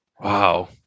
wow